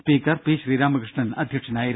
speaker P Sreeramakrishnan അധ്യക്ഷനായിരുന്നു